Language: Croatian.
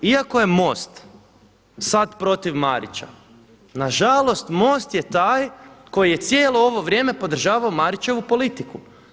Iako je MOST sad protiv Marića, na žalost MOST je taj koji je cijelo ovo vrijeme podržavao Marićevu politiku.